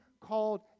called